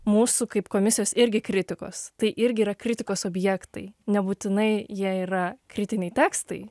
mūsų kaip komisijos irgi kritikos tai irgi yra kritikos objektai nebūtinai jie yra kritiniai tekstai